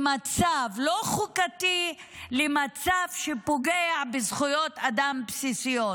למצב לא חוקתי, למצב שפוגע בזכויות אדם בסיסיות.